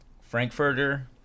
frankfurter